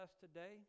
today